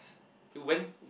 it went